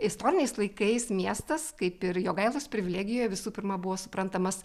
istoriniais laikais miestas kaip ir jogailos privilegijoj visų pirma buvo suprantamas